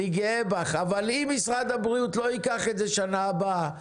--- אבל אם משרד הבריאות לא ייקח את זה שנה הבאה,